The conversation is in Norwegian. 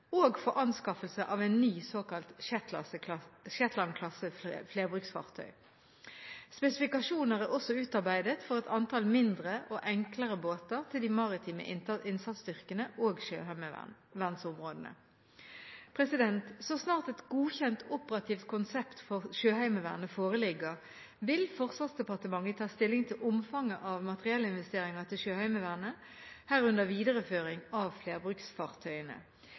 og for anskaffelse av en ny såkalt Shetland-klasse flerbruksfartøy. Spesifikasjoner er også utarbeidet for et antall mindre og enklere båter til de maritime innsatsstyrkene og sjøheimevernsområdene. Så snart et godkjent operativt konsept for Sjøheimevernet foreligger, vil Forsvarsdepartementet ta stilling til omfanget av materiellinvesteringer til Sjøheimevernet, herunder videreføring av flerbruksfartøyene.